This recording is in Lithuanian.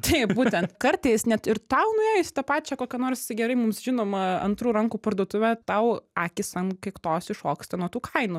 taip būtent kartais net ir tau nuėjus į tą pačią kokią nors gerai mums žinomą antrų rankų parduotuvę tau akys ant kaiktos iššoksta nuo tų kainų